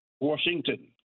Washington